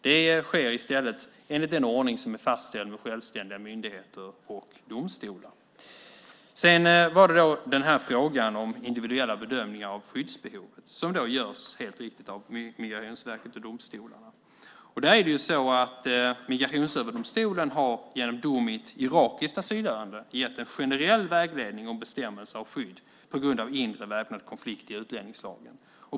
Det sker i stället enligt den ordning som är fastställd med självständiga myndigheter och domstolar. Sedan har vi frågan om individuella bedömningar av skyddsbehov som helt riktigt görs av Migrationsverket och domstolarna. Migrationsöverdomstolen har genom dom i ett irakiskt asylärende gett en generell vägledning om bestämmelser av skydd på grund av inre väpnad konflikt i utlänningslagen.